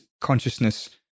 consciousness